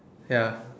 ya